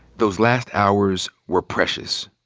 those last hours were precious.